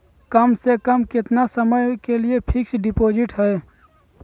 कम से कम कितना समय के लिए फिक्स डिपोजिट है?